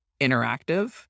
interactive